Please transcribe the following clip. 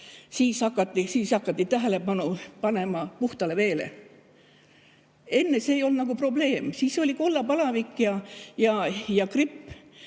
Hakati tähelepanu pöörama puhtale veele. Enne see ei olnud nagu probleem. Siis oli kollapalavik ja gripp,